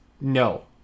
no